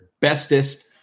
bestest